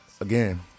again